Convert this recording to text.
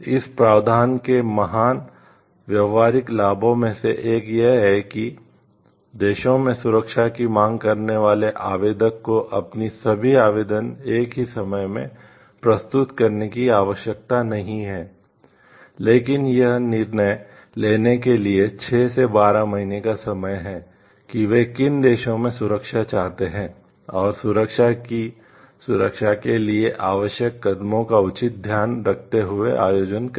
इस प्रावधान के महान व्यावहारिक लाभों में से एक यह है कि कई देशों में सुरक्षा की मांग करने वाले आवेदक को अपने सभी आवेदन एक ही समय में प्रस्तुत करने की आवश्यकता नहीं है लेकिन यह निर्णय लेने के लिए 6 से 12 महीने का समय है कि वे किन देशों में सुरक्षा चाहते हैं और सुरक्षा की सुरक्षा के लिए आवश्यक कदमों का उचित ध्यान रखते हुए आयोजन करें